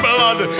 Blood